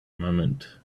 moment